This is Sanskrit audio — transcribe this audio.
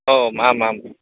ओ आम् आम्